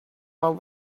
while